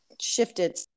shifted